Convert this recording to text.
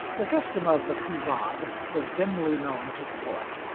the custom of the couvade was dimly known to the poet.